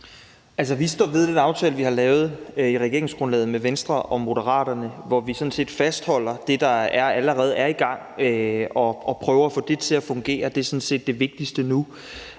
vi står ved den aftale, vi har lavet om regeringsgrundlaget med Venstre og Moderaterne, hvor vi sådan set fastholder det, der allerede er i gang, og prøver at få det til at fungere – det er sådan set det vigtigste nu.